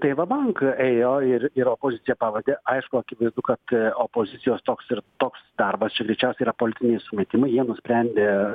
tai va bank ėjo ir ir opozicija pavedė aišku akivaizdu kad opozicijos toks ir toks darbas čia greičiausiai yra politiniai sumetimai jie nusprendė